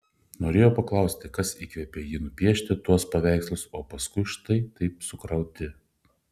norėjo paklausti kas įkvėpė jį nupiešti tuos paveikslus o paskui štai taip sukrauti